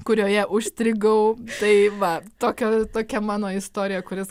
kurioje užstrigau tai va tokia tokia mano istorija kuri